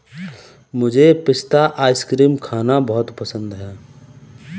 मुझे पिस्ता आइसक्रीम खाना बहुत पसंद है